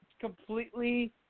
completely –